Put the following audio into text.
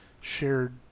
shared